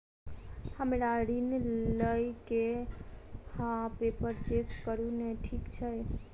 हमरा ऋण लई केँ हय पेपर चेक करू नै ठीक छई?